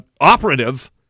operative